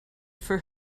for